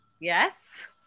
Yes